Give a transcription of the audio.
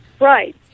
Right